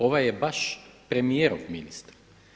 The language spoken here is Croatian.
Ovaj je baš premijerov ministar.